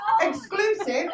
exclusive